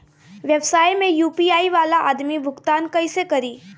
व्यवसाय में यू.पी.आई वाला आदमी भुगतान कइसे करीं?